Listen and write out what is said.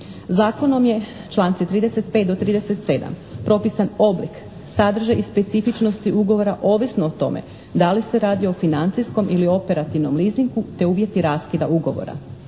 Zakonom je, članci 35. do 37., propisan oblik, sadržaj i specifičnosti ugovora ovisno o tome da li se radi o financijskom ili operativnom leasingu te uvjeti raskida ugovora.